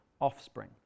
offspring